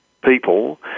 people